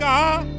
God